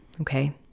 Okay